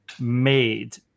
made